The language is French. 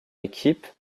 équipe